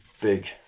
big